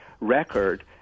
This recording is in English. record